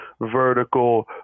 vertical